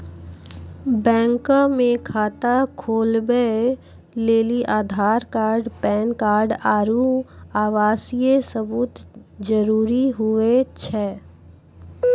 bank मे खाता खोलबै लेली आधार कार्ड पैन कार्ड आरू आवासीय सबूत जरुरी हुवै छै